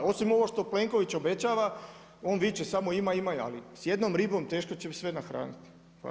Osim ovo što Plenković obećava, on viče samo ima, ima, ali s jednom ribom teško će sve nahraniti.